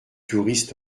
touriste